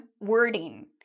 wording